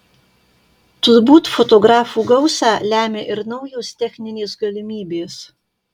turbūt fotografų gausą lemia ir naujos techninės galimybės